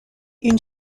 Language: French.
une